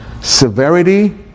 Severity